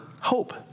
hope